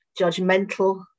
judgmental